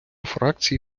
фракції